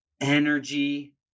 energy